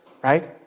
right